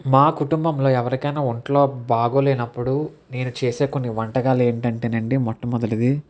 మా కుటుంబంలో ఎవరికైనా ఒంట్లో బాగోలేనప్పుడు నేను చేసే కొన్ని వంటకాలు ఏంటి అంటే అండి మొట్టమొదటిది